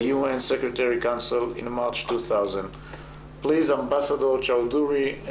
האו"ם במרץ 2000. אדוני השגריר צ'אודורי,